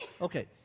Okay